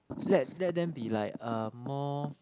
let let them be like uh more